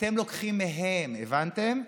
אתם לוקחים מהם, הבנתם?